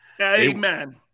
Amen